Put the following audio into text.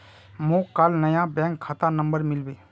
मोक काल नया बैंक खाता नंबर मिलबे